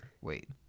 wait